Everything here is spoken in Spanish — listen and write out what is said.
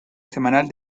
semanal